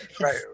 Right